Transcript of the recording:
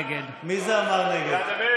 נגד מי זה אמר "נגד"?